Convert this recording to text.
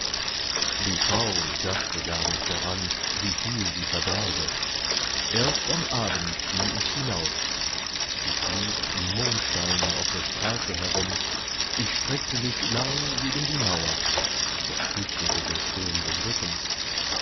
die frau dachte gar nicht daran wieviel sie verberge erst am abend ging ich aus ich lief im mondschein auf der straße herum ich streckte mich lang gegen die mauer das kitzelte so schön den rücken